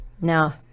Now